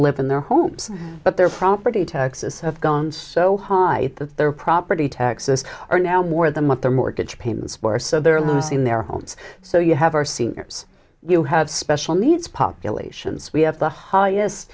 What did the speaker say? live in their homes but their property taxes have gone so high that their property taxes are now more than what their mortgage payments were so they're losing their homes so you have our seniors you have special needs populations we have the highest